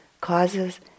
causes